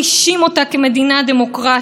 הדמוקרטיה היחידה במזרח התיכון,